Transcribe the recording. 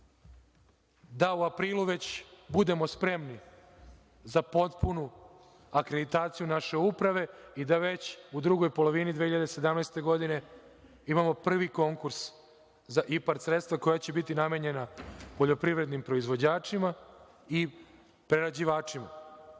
da u aprilu već budemo spremni za potpunu akreditaciju naše uprave i da već u drugoj polovini 2017. godine imamo prvi konkurs za IPARD sredstva, koja će biti namenjena poljoprivrednim proizvođačima i prerađivačima. Imamo